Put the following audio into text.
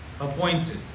appointed